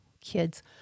kids